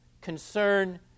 concern